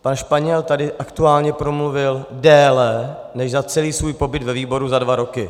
Pan Španěl tady aktuálně promluvil déle než za celý svůj pobyt ve výboru za dva roky.